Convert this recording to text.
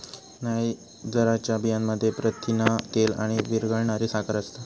नायजरच्या बियांमध्ये प्रथिना, तेल आणि विरघळणारी साखर असता